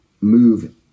move